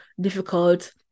difficult